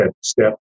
Step